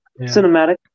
Cinematic